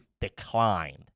Declined